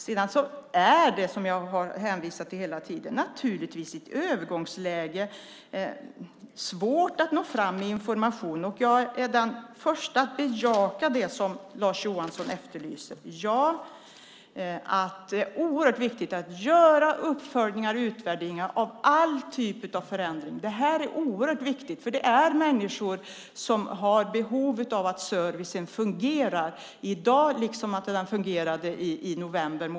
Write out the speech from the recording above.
Som jag hela tiden sagt är det naturligtvis i ett övergångsläge svårt att nå fram med information. Jag är den första att bejaka det som Lars Johansson efterlyser. Det är viktigt att göra uppföljningar och utvärderingar av all typ av förändring. Människor har behov av att servicen fungerar i dag liksom den fungerade i november.